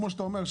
כמו שאתה אומר,